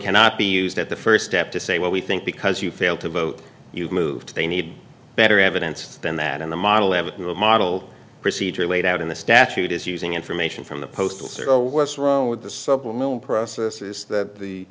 cannot be used at the first step to say what we think because you failed to vote you've moved they need better evidence than that in the model avenue model procedure laid out in the statute is using information from the postal service what's wrong with the supplemental process is that the